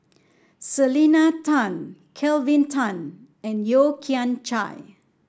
Selena Tan Kelvin Tan and Yeo Kian Chye